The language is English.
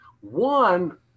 one